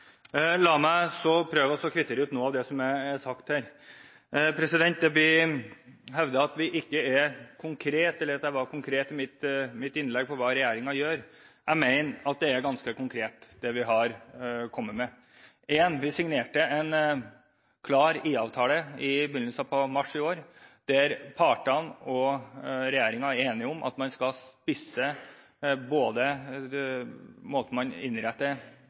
sagt her: Det blir hevdet at jeg ikke var konkret i innlegget mitt på hva regjeringen gjør. Jeg mener at det vi har kommet med, er ganske konkret: Vi signerte en klar IA-avtale i begynnelsen av mars i år, der partene og regjeringen er enige om at man skal spisse både måten man innretter